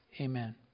Amen